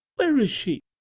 where is she?